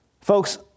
Folks